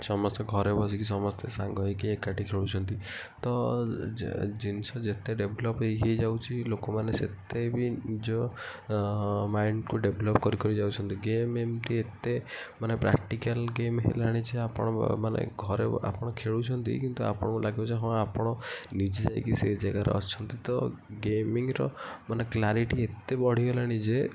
ସମସ୍ତେ ଘରେ ବସିକି ସମସ୍ତେ ସାଙ୍ଗ ହୋଇକି ଏକାଠି ଘରେ ଖେଳୁଛନ୍ତି ତ ଜିନିଷ ଯେତେ ଡେଭଲୋପ୍ ହୋଇ ହୋଇଯାଉଛି ଲୋକ ମାନେ ସେତେ ବି ନିଜ ମାଇଣ୍ଡକୁ ଡେଭଲୋପ୍ କରି କରି ଯାଉଛନ୍ତି ଗେମ୍ ଏମିତି ଏତେମାନେ ପ୍ରାକ୍ଟିକାଲ୍ ଗେମ୍ ହେଲାଣି ଯେ ଆପଣ ମାନେ ଘରେ ଆପଣ ଖେଳୁଛନ୍ତି କିନ୍ତୁ ଆପଣଙ୍କୁ ଲାଗିବ ଯେ ହଁ ଆପଣ ନିଜେ ଯାଇକି ସେ ଜାଗାରେ ଅଛନ୍ତି ତ ଗେମିଙ୍ଗ୍ର ମାନେ କ୍ଲାରିଟି ଏତେ ବଢିଗଲାଣି ଯେ